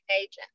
agent